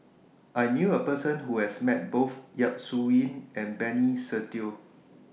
I knew A Person Who has Met Both Yap Su Yin and Benny Se Teo